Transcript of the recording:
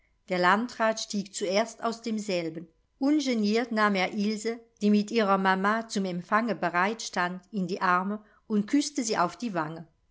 der landrat stieg zuerst aus demselben ungeniert nahm er ilse die mit ihrer mama zum empfange bereit stand in die arme und küßte sie auf die wange